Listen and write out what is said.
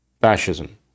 fascism